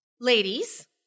ladies